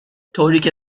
طوریکه